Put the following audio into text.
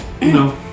no